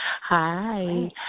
Hi